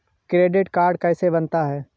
Credit card कैसे बनता है?